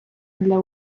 для